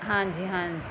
ਹਾਂਜੀ ਹਾਂਜੀ